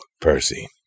Percy